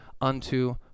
unto